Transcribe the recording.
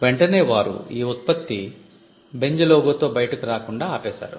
వెంటనే వారు ఈ ఉత్పత్తి బెంజ్ లోగో తో బయటకు రాకుండా ఆపేశారు